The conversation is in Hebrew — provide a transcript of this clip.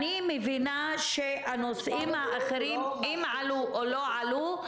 אני מבינה שהנושאים האחרים אם עלו או לא עלו,